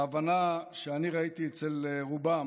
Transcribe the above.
ההבנה שאני ראיתי אצל רובם